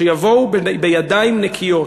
שיבואו בידיים נקיות,